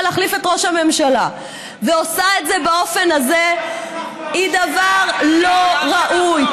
להחליף את ראש הממשלה ועושה את זה באופן הזה היא דבר לא ראוי,